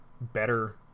better